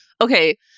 okay